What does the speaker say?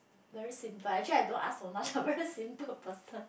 very simple actually I don't ask for much I very simple person